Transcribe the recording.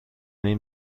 این